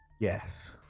Yes